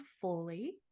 fully